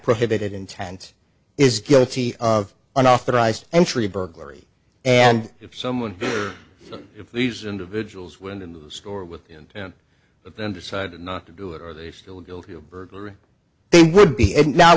prohibited intent is guilty of unauthorized entry burglary and if someone if these individuals went into the store with you and then decided not to do it or they still guilty of burglary they would be and now